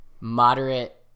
moderate